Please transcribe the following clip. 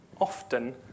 often